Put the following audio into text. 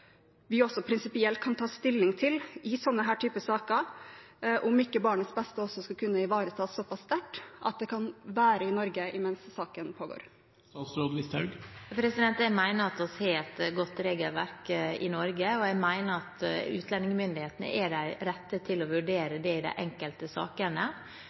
vi også prinsipielt kan ta stilling til, i denne typen saker, om ikke barnets beste også skal kunne ivaretas såpass sterkt at det kan være i Norge mens saken pågår. Jeg mener vi har et godt regelverk i Norge, og at utlendingsmyndighetene er de rette til å vurdere de enkelte sakene. Jeg er